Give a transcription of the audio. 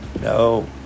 no